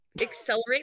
accelerate